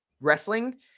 wrestling